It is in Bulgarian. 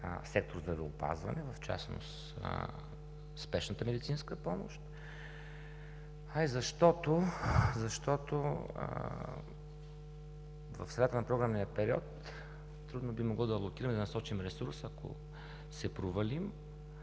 сектор „Здравеопазване“, в частност „Спешната медицинска помощ“, а и защото в средата на програмния период трудно би могло да насочим ресурс, ако се провалим